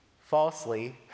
falsely